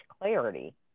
clarity